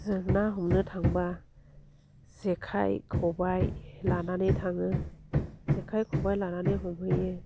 जों ना हमो थांबा जेखाइ खबाय लानानै थाङो जेखाइ खबाय लानानै हमहैयो